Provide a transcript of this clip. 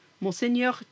Monseigneur